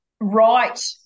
right